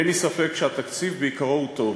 אין לי ספק שהתקציב בעיקרו הוא טוב.